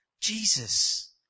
Jesus